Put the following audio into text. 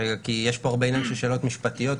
כי יש פה הרבה עניין של שאלות משפטיות,